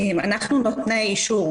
אנחנו נותני האישור,